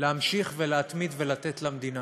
להמשיך ולהתמיד ולתת למדינה.